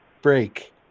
break